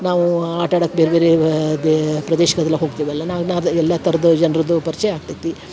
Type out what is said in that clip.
ನಾವು ಆಟ ಆಡಕ್ಕೆ ಬೇರ್ಬೇರೆ ಅದೇ ಪ್ರದೇಶಕ್ಕೆ ಅದೆಲ್ಲ ಹೋಗ್ತೀವಲ್ಲ ನಾವು ಇನ್ನ ಎಲ್ಲ ಥರದ್ ಜನರೂದು ಪರಿಚಯ ಆಗ್ತೈತಿ